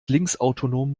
linksautonom